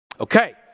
Okay